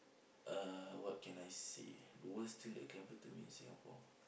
uh what I can say the worst thing that can happen to me in Singapore